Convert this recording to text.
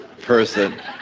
person